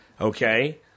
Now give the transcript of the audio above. Okay